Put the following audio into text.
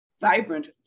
Vibrant